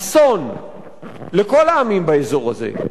אסון לכל העמים באזור הזה,